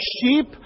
sheep